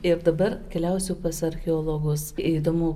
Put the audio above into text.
ir dabar keliausiu pas archeologus įdomu